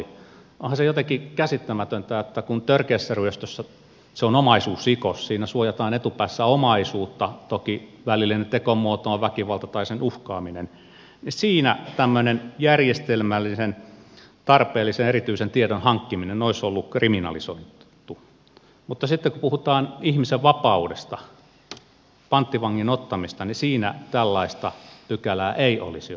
onhan se jotenkin käsittämätöntä että kun törkeässä ryöstössä se on omaisuusrikos siinä suojataan etupäässä omaisuutta toki välillinen tekomuoto on väkivalta tai sillä uhkaaminen tämmöinen järjestelmällisen tarpeellisen erityisen tiedon hankkiminen olisi ollut kriminalisoitu mutta sitten kun puhutaan ihmisen vapaudesta panttivangin ottamisesta niin siinä tällaista pykälää ei olisi ollut